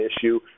issue